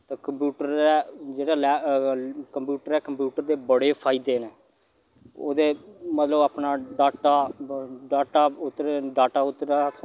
ते कम्प्यूटर ऐ जेह्ड़ा लै कम्प्यूटर ऐ कम्प्यूटर दे बड़े फायदे न ओह्दे मतलब अपना डाटा डाटा उद्धर डाटा उद्धरा थ्होंदा